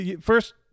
first